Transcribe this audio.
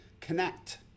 connect